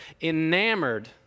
enamored